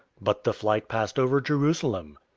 but the flight passed over jerusalem.